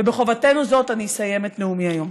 ובחובתנו זו אני אסיים את נאומי היום.